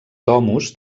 domus